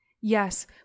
yes